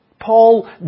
Paul